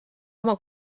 oma